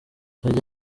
ajya